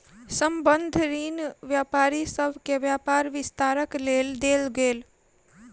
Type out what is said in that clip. संबंद्ध ऋण व्यापारी सभ के व्यापार विस्तारक लेल देल गेल